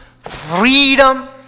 freedom